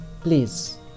please